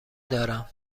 دارم